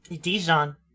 Dijon